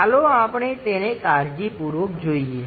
ચાલો આપણે તેને કાળજીપૂર્વક જોઈએ